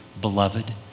beloved